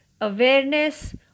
awareness